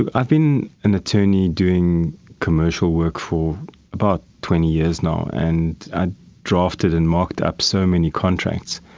i've been an attorney doing commercial work for about twenty years now, and i drafted and marked up so many contracts,